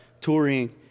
touring